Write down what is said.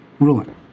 Ruling